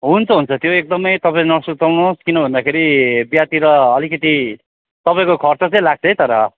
हुन्छ हुन्छ त्यो एकदमै तपाईँ नसुर्ताउनुहोस् किन भन्दाखेरि बिहातिर अलिकति तपाईँको खर्च चैँ लाग्छ है तर